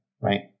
right